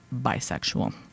bisexual